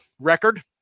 Record